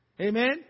Amen